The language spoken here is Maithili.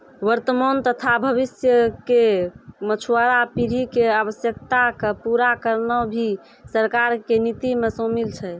वर्तमान तथा भविष्य के मछुआरा पीढ़ी के आवश्यकता क पूरा करना भी सरकार के नीति मॅ शामिल छै